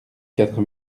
quatre